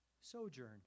Sojourn